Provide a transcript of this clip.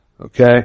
okay